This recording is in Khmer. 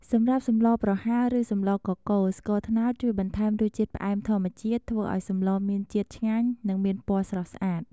សម្រាប់សម្លប្រហើរឬសម្លកកូរ ស្ករត្នោតជួយបន្ថែមរសជាតិផ្អែមធម្មជាតិ ធ្វើឱ្យសម្លមានជាតិឆ្ងាញ់ និងមានពណ៌ស្រស់ស្អាត។